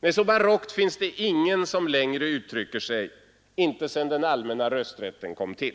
Nej, så barockt finns det ingen som uttrycker sig, inte sedan den allmänna rösträtten kom till